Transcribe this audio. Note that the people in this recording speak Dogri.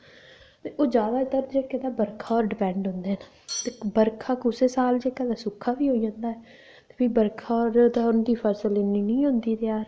ते ओह् जादैतर जेह्का तां बर्खै पर डिपैंड रौंहदे ते बर्खा कुसै साल सुक्खा बी होई जंदा ऐ ते प्ही बर्खा निं होने करी उंदी फसल इन्नी निं होंदी त्यार